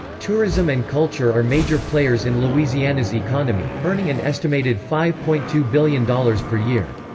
tourism and culture are major players in louisiana's economy, earning an estimated five point two billion dollars per year.